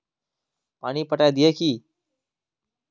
पानी पटाय दिये की?